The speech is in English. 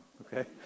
okay